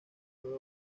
puede